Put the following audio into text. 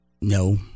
No